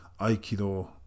aikido